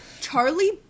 Charlie